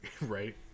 Right